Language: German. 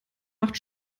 macht